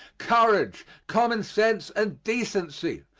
courage, common sense, and decency,